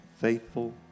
faithful